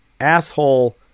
asshole